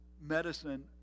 medicine